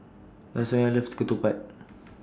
Lasonya loves Ketupat